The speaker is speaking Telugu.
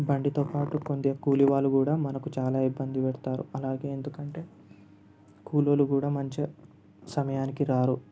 బండితో పాటు ఉండే కూలి వాళ్ళు కూడా మనకు చాలా ఇబ్బంది పెడతారు అలాగే ఎందుకంటే కూలివాళ్ళు కూడా మంచిగా సమయానికి రారు